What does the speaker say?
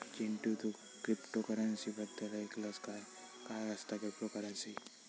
चिंटू, तू क्रिप्टोकरंसी बद्दल ऐकलंस काय, काय असता क्रिप्टोकरंसी?